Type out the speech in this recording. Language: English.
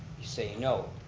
you say no.